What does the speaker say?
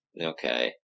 Okay